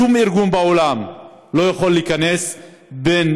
שום ארגון בעולם לא יכול להיכנס בין